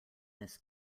this